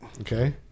Okay